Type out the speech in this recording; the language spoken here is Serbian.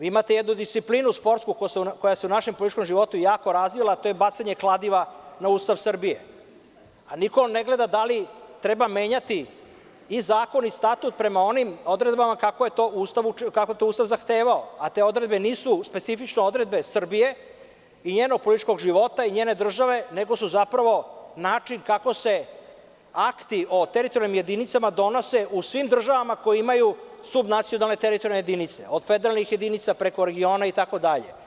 Imate jednu sportsku disciplinu koja se u našem političkom životu jako razvila, a to je bacanje kladiva na Ustav Srbije, a niko ne gleda da li treba menjati i zakon i Statut prema onim odredbama kako je to Ustav zahtevao, a te odredbe nisu specifične odredbe Srbije i njenog političkog života i njene države, nego su zapravo način kako se akti o teritorijalnim jedinicama donose u svim državama koje imaju sud nacionalne teritorijalne jedinice, od federalnih jedinica, regiona itd.